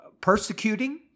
persecuting